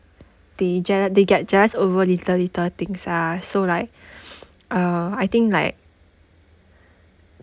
they jeal~ they get jealous over little little things ah so like uh I think like